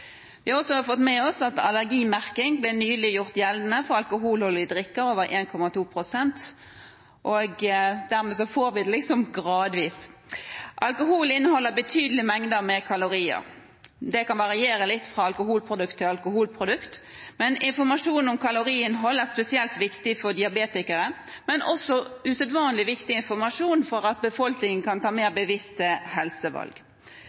Vi har også fått med oss at allergimerking nylig ble gjort gjeldende for alkoholholdige drikker over 1,2 pst., og dermed får vi det liksom gradvis. Alkohol inneholder betydelige mengder med kalorier. Det kan variere litt fra alkoholprodukt til alkoholprodukt, men informasjon om kaloriinnhold er spesielt viktig for diabetikere, men også usedvanlig viktig informasjon for at befolkningen kan ta mer bevisste helsevalg.